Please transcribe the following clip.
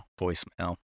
voicemail